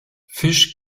fisch